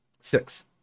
six